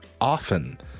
often